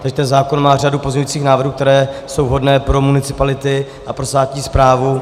Takže ten zákon má řadu pozměňovacích návrhů, které jsou vhodné pro municipality a pro státní správu.